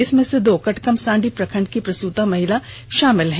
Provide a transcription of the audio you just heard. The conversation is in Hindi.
इसमें से दो कटकमसांडी प्रखंड की प्रसूता महिला शामिल हैं